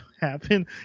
happen